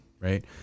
right